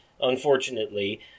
unfortunately